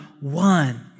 one